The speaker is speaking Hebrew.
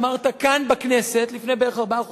אמרת כאן בכנסת, לפני בערך ארבעה חודשים: